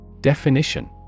definition